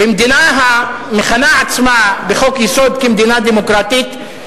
במדינה המכנה עצמה בחוק-יסוד כמדינה דמוקרטית,